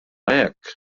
hekk